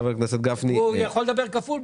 חברת הכנסת גפני --- פה הוא יכול לדבר כפול,